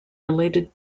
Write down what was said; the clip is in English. related